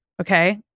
Okay